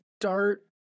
start